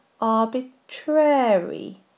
arbitrary